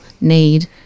need